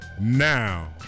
Now